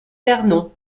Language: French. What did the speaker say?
vernon